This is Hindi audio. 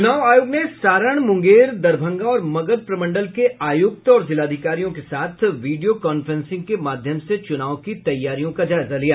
चुनाव आयोग ने सारण मुंगेर दरभंगा और मगध प्रमंडल के आयुक्त और जिलाधिकारियों के साथ वीडियो कांफ्रेंसिंग के माध्यम से चुनाव की तैयारियों का जायजा लिया